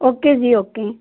okay ji okay